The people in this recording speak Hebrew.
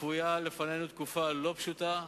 צפויה לנו תקופה לא פשוטה.